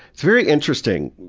it's very interesting.